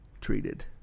treated